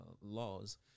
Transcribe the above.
laws